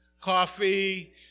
coffee